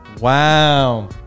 Wow